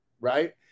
right